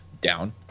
down